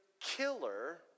killer